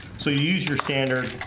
so you use your standard